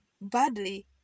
badly